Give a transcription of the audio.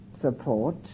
support